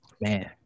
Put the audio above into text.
man